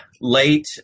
late